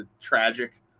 Tragic